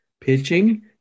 pitching